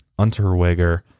Unterweger